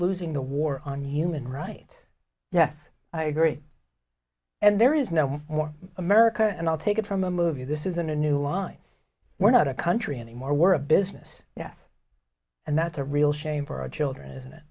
losing the war on human rights yes i agree and there is no more america and i'll take it from a movie this isn't a new line we're not a country anymore we're a business yes and that's a real shame for our children